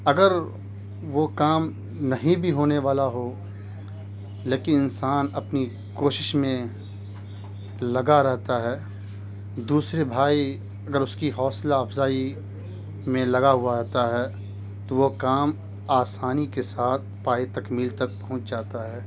اگر وہ کام نہیں بھی ہونے والا ہو لیکن انسان اپنی کوشش میں لگا رہتا ہے دوسرے بھائی اگر اس کی حوصلہ افزائی میں لگا ہوا ہوتا ہے تو وہ کام آسانی کے ساتھ پایۂ تکمیل تک پہنچ جاتا ہے